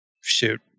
shoot